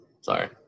sorry